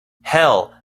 hell